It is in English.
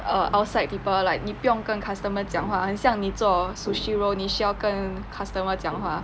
err outside people like 你不用跟 customer 讲话很像你做 sushi roll 你需要跟 customer 讲话